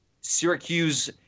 Syracuse